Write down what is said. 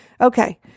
Okay